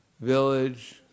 village